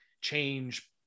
change